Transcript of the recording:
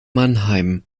mannheim